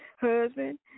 Husband